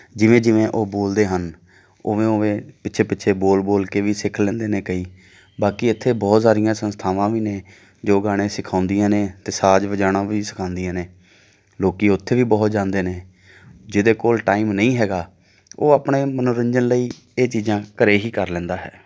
ਜਿਵੇਂ ਜਿਵੇਂ ਉਹ ਬੋਲਦੇ ਹਨ ਉਵੇਂ ਉਵੇਂ ਪਿੱਛੇ ਪਿੱਛੇ ਬੋਲ ਬੋਲ ਕੇ ਵੀ ਸਿੱਖ ਲੈਂਦੇ ਨੇ ਕਈ ਬਾਕੀ ਇੱਥੇ ਬਹੁਤ ਸਾਰੀਆਂ ਸੰਸਥਾਵਾਂ ਵੀ ਨੇ ਜੋ ਗਾਣੇ ਸਿਖਾਉਂਦੀਆਂ ਨੇ ਅਤੇ ਸਾਜ਼ ਵਜਾਉਣਾ ਵੀ ਸਿਖਾਉਂਦੀਆਂ ਨੇ ਲੋਕ ਉੱਥੇ ਵੀ ਬਹੁਤ ਜਾਂਦੇ ਨੇ ਜਿਹਦੇ ਕੋਲ ਟਾਈਮ ਨਹੀਂ ਹੈਗਾ ਉਹ ਆਪਣੇ ਮਨੋਰੰਜਨ ਲਈ ਇਹ ਚੀਜ਼ਾਂ ਘਰ ਹੀ ਕਰ ਲੈਂਦਾ ਹੈ